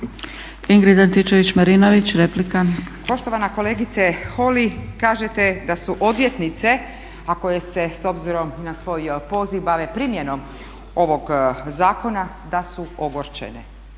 **Antičević Marinović, Ingrid (SDP)** Poštovana kolegice Holy kažete da su odvjetnice a koje se s obzirom na svoj poziv bave primjenom ovog zakona da su ogorčene.